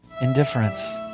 indifference